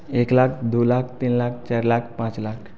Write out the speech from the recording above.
एक लाख दो लाख तीन लाख चार लाख पाँच लाख